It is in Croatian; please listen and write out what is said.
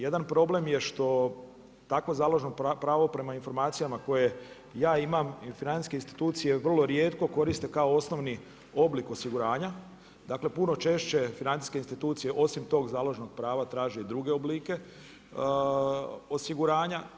Jedan problem je što takvo založno pravo, prema informacijama koje ja imam i financijske institucije, vrlo rijetko koriste kao osnovni oblik osiguranja, dakle puno češće financijske institucije, osim tog založnog prava traži i druge oblike osiguranja.